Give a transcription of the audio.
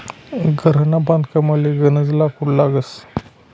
घरना बांधकामले गनज लाकूड लागस